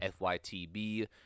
fytb